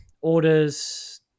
orders